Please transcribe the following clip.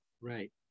right